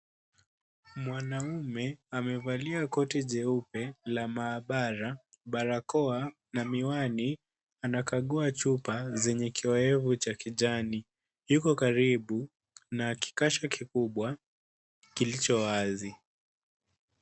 Mwanaume amevalia koti jeupe la maabara, barakoa na miwani anakagua chupa zenye kioevu cha kijani. Yuko karibu na kikasha kikubwa kilicho wazi.